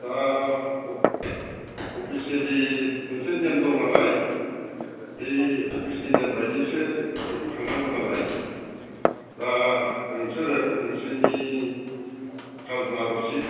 दा अफिसियेलि मोनसे नेम दं नालाय बे अफिसनि नेम बायदियैसो बेखौ थांनांगौ नालाय दा नोंसोरो नोंसिनि खाजोना रशिड